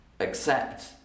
accept